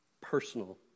personal